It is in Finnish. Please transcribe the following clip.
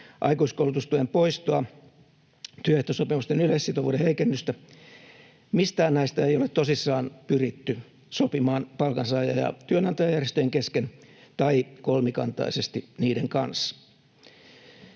aikuiskoulutustuen poistoa sekä työehtosopimusten yleissitovuuden heikennystä. Mistään näistä ei ole tosissaan pyritty sopimaan palkansaaja- ja työnantajajärjestöjen kesken tai kolmikantaisesti niiden kanssa.